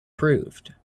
proved